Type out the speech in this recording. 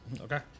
Okay